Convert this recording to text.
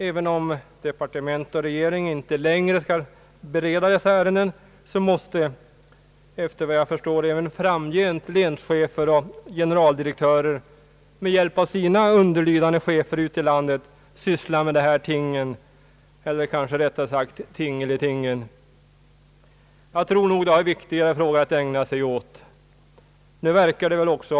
Även om departement och regering inte längre skall bereda dessa ärenden måste ändå länschefer och generaldirektörer även i framtiden, enligt vad jag förstår, med hjälp av underlydande chefer ute i landet syssla med dessa ting eller kanske riktigare uttryckt »tingeliting». Jag tror dessa befattningshavare har viktigare saker att handlägga.